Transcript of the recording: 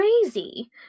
crazy